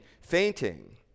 fainting